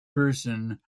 person